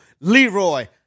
Leroy